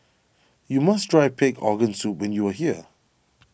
you must try Pig Organ Soup when you are here